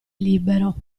libero